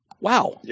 Wow